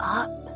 up